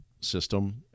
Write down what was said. system